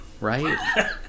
right